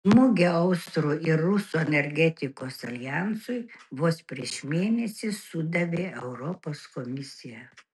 smūgį austrų ir rusų energetikos aljansui vos prieš mėnesį sudavė europos komisija